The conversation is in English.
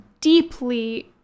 deeply